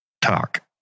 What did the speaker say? talk